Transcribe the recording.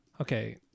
Okay